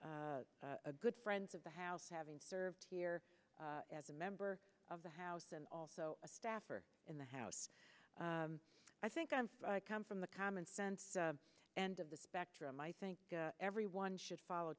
a good friends of the house having served here as a member of the house and also a staffer in the house i think i'm come from the common sense end of the spectrum i think everyone should follow